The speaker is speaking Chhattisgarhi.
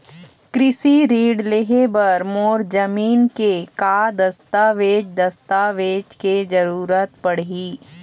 कृषि ऋण लेहे बर मोर जमीन के का दस्तावेज दस्तावेज के जरूरत पड़ही?